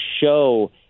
show